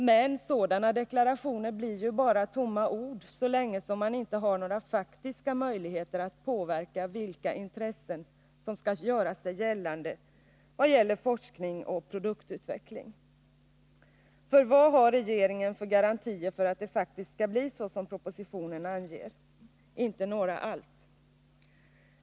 Men sådana deklarationer blir ju bara tomma ord så länge man inte har några faktiska möjligheter att påverka vilka intressen som skall göra sig gällande i fråga om forskning och produktutveckling. — För vilka garantier har regeringen för att det faktiskt skall bli så som propositionen anger? Inte några alls.